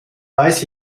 weiß